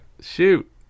Shoot